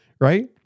right